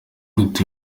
gute